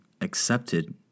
accepted